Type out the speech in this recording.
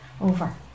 Over